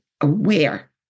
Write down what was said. aware